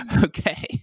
Okay